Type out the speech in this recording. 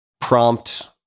prompt